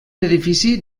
edifici